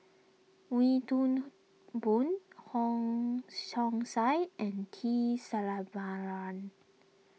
Wee Toon Boon Wong Chong Sai and T Sasitharan